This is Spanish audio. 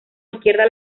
izquierda